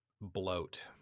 bloat